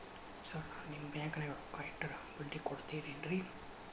Sir ನಾನು ನಿಮ್ಮ ಬ್ಯಾಂಕನಾಗ ರೊಕ್ಕ ಇಟ್ಟರ ಬಡ್ಡಿ ಕೊಡತೇರೇನ್ರಿ?